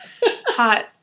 hot